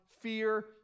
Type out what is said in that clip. Fear